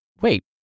wait